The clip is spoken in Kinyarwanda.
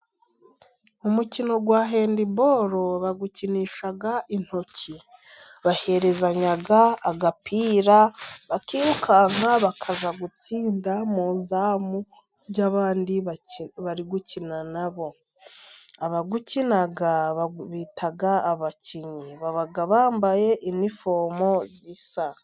Umukino wa handibolo bawukinisha intoki. Baherezanya agapira bakirukanka, bakaza gutsinda mu izamu by'abandi bari gukina nabo. Abawukina babita abakinnyi, baba bambaye iniforome zisa.